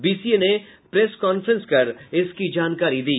BCA ने press conference कर इसकी जानकारी दी